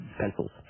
Pencils